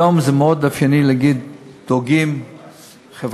היום זה מאוד אופייני להגיד שדוגלים בחברתי,